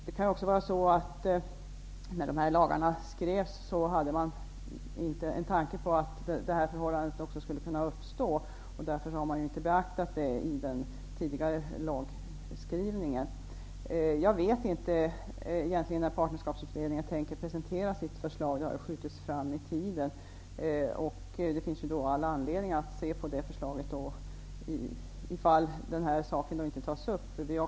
Det kan också vara så, att man i den tidigare lagskrivningen inte beaktat detta på grund av att man när dessa lagar skrevs inte hade en tanke på att en sådan situation skulle kunna uppstå. Jag vet inte när Partnerskapsutredningen tänker presentera sitt förslag -- tidpunkten har ju skjutits fram. Men det finns all anledning att studera förslaget för att se om man tar upp den här frågan.